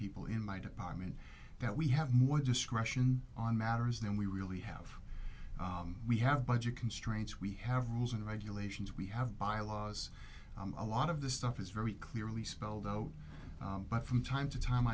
people in my department that we have more discretion on matters than we really have we have budget constraints we have rules and regulations we have bylaws a lot of the stuff is very clearly spelled out but from time to time